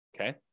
okay